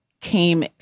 came